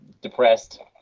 depressed